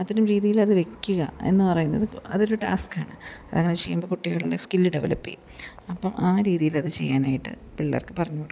അതിനും രീതിയിൽ അത് വയ്ക്കുക എന്ന് പറയുന്നത് അതൊരു ടാസ്ക്ക് ആണ് അത് അങ്ങനെ ചെയ്യുമ്പോൾ കുട്ടികളുടെ സ്കില് ഡെവലപ്പ് ചെയ്യും അപ്പം ആ രീതിയിലത് ചെയ്യാനായിട്ട് പിള്ളേർക്ക് പറഞ്ഞുകൊടുക്കുക